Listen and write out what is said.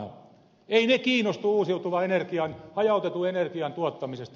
eivät ne kiinnostu uusiutuvan energian hajautetun energian tuottamisesta